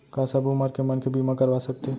का सब उमर के मनखे बीमा करवा सकथे?